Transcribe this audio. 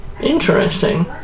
Interesting